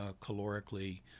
calorically